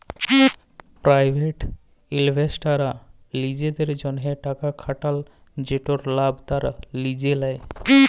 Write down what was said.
private ইলভেস্টাররা লিজেদের জ্যনহে টাকা খাটাল যেটর লাভ তারা লিজে লেই